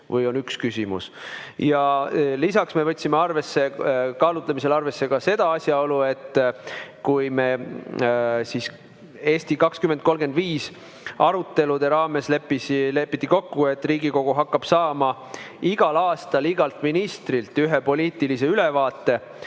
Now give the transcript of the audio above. või on üks küsimus. Lisaks me võtsime kaalutlemisel arvesse ka seda asjaolu, et kui "Eesti 2035" arutelude raames lepiti kokku, et Riigikogu hakkab saama igal aastal igalt ministrilt ühe poliitilise ülevaate